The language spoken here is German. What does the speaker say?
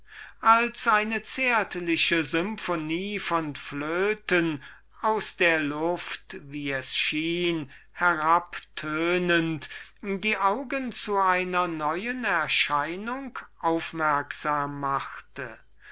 als eine zärtliche symphonie von flöten aus der luft wie es schien herabtönend die augen zu einer neuen erscheinung aufmerksam machte